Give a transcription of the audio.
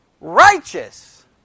Righteous